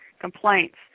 complaints